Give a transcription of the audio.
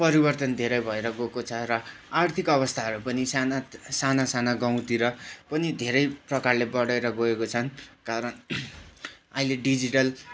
परिवर्तन धेरै भएर गएको छ र आर्थिक अवस्थाहरू पनि साना साना साना गाउँतिर पनि धेरै प्रकारले बढेर गएको छन् कारण अहिले डिजिटल